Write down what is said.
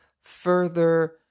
further